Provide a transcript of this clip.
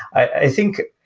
i think,